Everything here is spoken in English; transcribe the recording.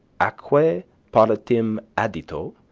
aquae paulatim addito,